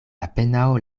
apenaŭ